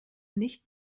nicht